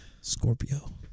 Scorpio